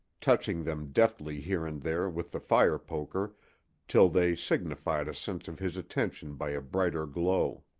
touching them deftly here and there with the fire-poker till they signified a sense of his attention by a brighter glow.